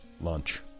lunch